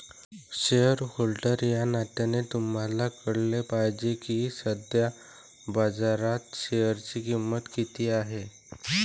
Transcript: shareholder या नात्याने तुम्हाला कळले पाहिजे की सध्या बाजारात शेअरची किंमत किती आहे